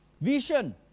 Vision